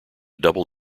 double